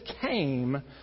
came